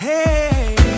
Hey